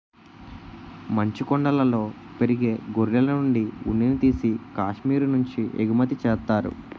మంచుకొండలలో పెరిగే గొర్రెలనుండి ఉన్నిని తీసి కాశ్మీరు నుంచి ఎగుమతి చేత్తారు